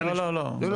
לא, לא, לא.